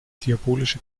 diabolische